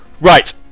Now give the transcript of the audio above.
Right